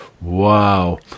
Wow